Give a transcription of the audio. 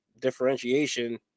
differentiation